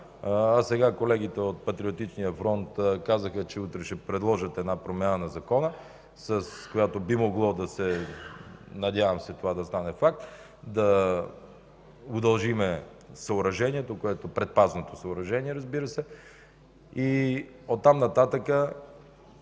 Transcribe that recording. Сега колегите от Патриотичния фронт казаха, че утре ще предложат една промяна на закона, с която би могло – надявам се, това да стане факт, да удължим предпазното съоръжение. От там нататък